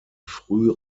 früh